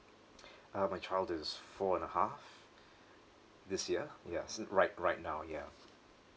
uh my child is four and a half this year ya sin~ right right now ya